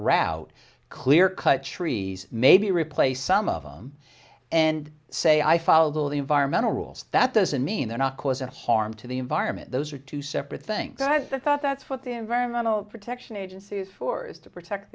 route clear cut trees maybe replace some of them and say i followed all the environmental rules that doesn't mean they're not cause and harm to the environment those are two separate things i thought that's what the environmental protection agency is for is to protect